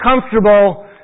comfortable